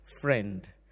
friend